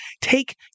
take